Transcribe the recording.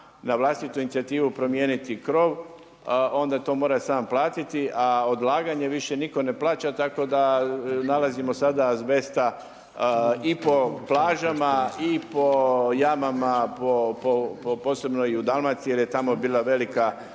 na vlastitu inicijativu promijeniti krov onda to mora sam platiti a odlaganje više nitko ne plaća, tako da nalazimo sada azbesta i po plažama i po jamama, posebno u Dalmaciji jer je tamo bila velika,